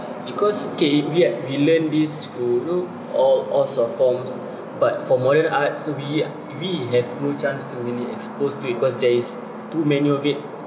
because okay if we had we learnt this through you know all all sort of forms but for modern arts we we have no chance be exposed to it cause there is too many of it